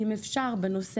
אם אפשר,